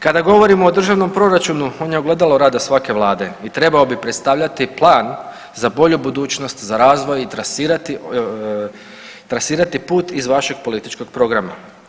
Kada govorimo o državnom proračunu on je ogledalo rada svake vlade i trebao bi predstavljati plan za bolju budućnost, za razvoj i trasirati, trasirati put iz vašeg političkog programa.